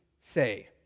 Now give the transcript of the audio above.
say